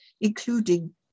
including